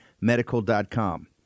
medical.com